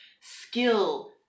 skill